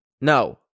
no